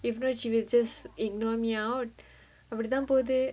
if no she will just ignore me out அப்டிதா போது:apdithaa pothu